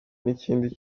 n’ikindi